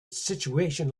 situation